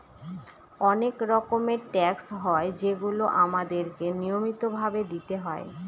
অনেক রকমের ট্যাক্স হয় যেগুলো আমাদেরকে নিয়মিত ভাবে দিতে হয়